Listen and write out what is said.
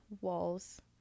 walls